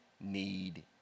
need